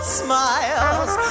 smiles